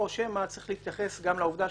או שמא צריך להתייחס גם לעובדה,